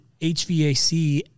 HVAC